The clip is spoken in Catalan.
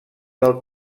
del